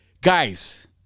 Guys